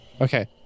Okay